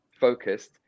focused